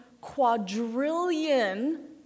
quadrillion